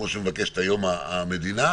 כמו שמבקשת היום המדינה,